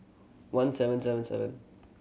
one seven seven seven